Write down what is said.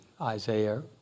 Isaiah